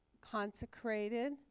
Consecrated